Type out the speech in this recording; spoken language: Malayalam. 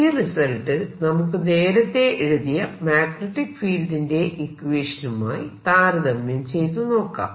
ഈ റിസൾട്ട് നമുക്ക് നേരത്തെ എഴുതിയ മാഗ്നെറ്റിക് ഫീൽഡിന്റെ ഇക്വേഷനുമായി താരതമ്യം ചെയ്തു നോക്കാം